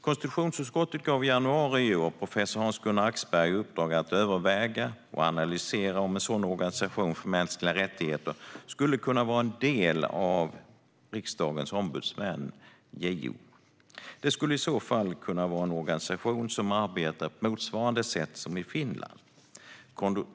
Konstitutionsutskottet gav i januari i år professor Hans-Gunnar Axberger i uppdrag att överväga och analysera om en sådan organisation för mänskliga rättigheter skulle kunna vara en del av riksdagens ombudsmän, JO. Det skulle i så fall kunna vara en organisation som arbetar på motsvarande sätt som i Finland.